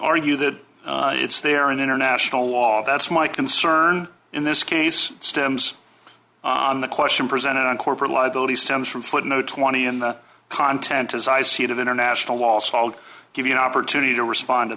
argue that it's there in international law that's my concern in this case stems on the question presented on corporate law below the stems from footnote twenty in the content as i see it of international law stalled give you an opportunity to respond to